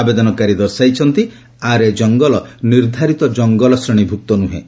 ଆବେଦନକାରୀ ଦର୍ଶାଇଛନ୍ତି ଆରେ ଜଙ୍ଗଲ ନିର୍ଦ୍ଧାରିତ ଜଙ୍ଗଲ ଶ୍ରେଣୀର ନୁହେଁ